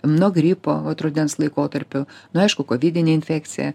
nuo gripo vat rudens laikotarpiu nu aišku kovinė infekcija